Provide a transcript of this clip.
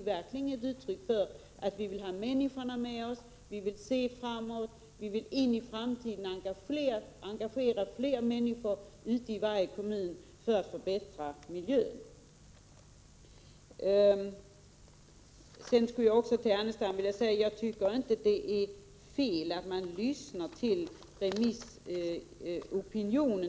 verkligen uttryck för att vi vill ha människorna med oss, att vi vill se framåt och att vi vill engagera fler människor ute i varje kommun för att förbättra miljön. Till Lars Ernestam vill jag säga att jag inte tycker att det är fel att man lyssnar till remissopinionen.